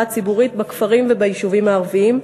הציבורית בכפרים וביישובים הערביים,